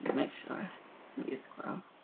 make sure you scrub